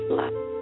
love